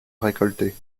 récolter